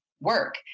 work